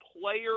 player